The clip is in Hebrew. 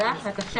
עליהם עכשיו.